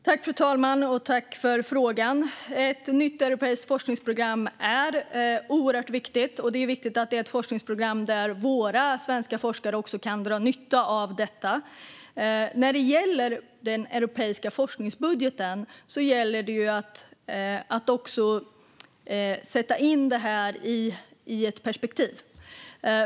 Fru talman! Tack, Marie-Louise Hänel Sandström, för frågan! Ett nytt europeiskt forskningsprogram är oerhört viktigt. Det är viktigt att det är ett forskningsprogram som även svenska forskare kan dra nytta av. När det gäller den europeiska forskningsbudgeten måste man sätta in det hela i rätt perspektiv.